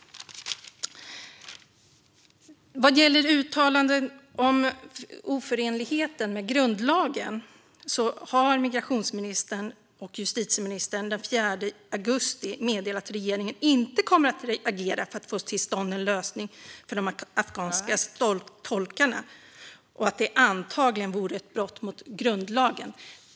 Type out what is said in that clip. Vad gäller uttalanden om oförenligheten med grundlagen har migrations och justitieministern den 4 augusti meddelat att regeringen inte kommer att agera för att få till stånd en lösning för de afghanska tolkarna och att det antagligen vore ett brott mot grundlagen.